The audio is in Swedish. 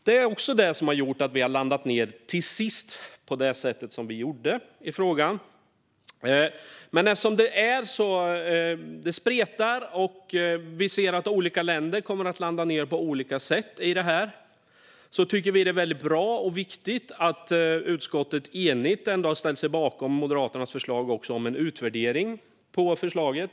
Det är också det som har gjort att vi till sist har landat som vi gjort i frågan. Eftersom detta spretar och vi ser att olika länder kommer att landa på olika sätt i detta tycker vi att det är väldigt bra och viktigt att utskottet enigt har ställt sig bakom Moderaternas förslag om att efter en tid göra en utvärdering av förslaget.